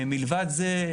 מלבד זה,